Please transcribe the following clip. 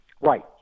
Right